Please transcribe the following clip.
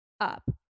Up